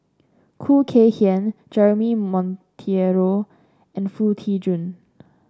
Khoo Kay Hian Jeremy Monteiro and Foo Tee Jun